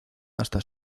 hasta